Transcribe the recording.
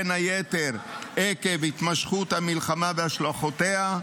בין היתר עקב התמשכות המלחמה והשלכותיה,